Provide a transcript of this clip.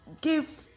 Give